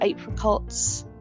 apricots